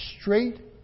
straight